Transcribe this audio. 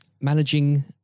managing